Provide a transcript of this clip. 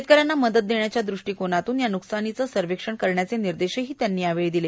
शेतकऱ्यांना मदत होण्याच्या दृष्टीकोनातून या नुकसानीचे सर्व्हेक्षण करण्याचे निर्देश त्यांनी यावेळी दिले